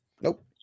Nope